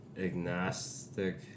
agnostic